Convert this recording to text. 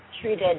treated